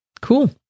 cool